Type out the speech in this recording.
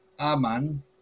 aman